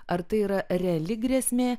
ar tai yra reali grėsmė